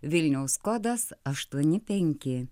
vilniaus kodas aštuoni penki